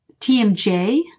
TMJ